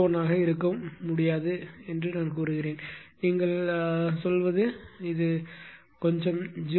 01 ஆக இருக்க முடியாது என்று நான் சொன்னேன் நீங்கள் சொல்வது கொஞ்சம் 0